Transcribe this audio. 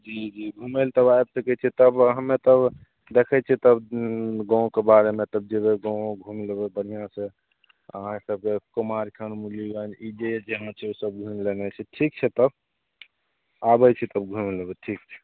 जी जी घुमय लए तब आबि सकय छियै तब हम्मे तब देखय छियै तब गाँवके बारेमे तब जेबय गाँव घुमि लेबय बढ़िआँसँ अहाँ सबके कुमार खण्ड मुरलीगंज ई जे जहाँ छै ओसब घुमि लेने छी ठीक छै तब आबय छी तब घुमि लेबय ठीक छै